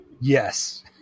Yes